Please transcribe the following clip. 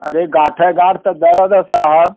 अरे गाठे गाँठ तो दर्द है साहब